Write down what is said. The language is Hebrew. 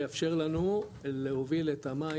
יאפשר לנו להוביל את המים,